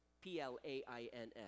P-L-A-I-N-S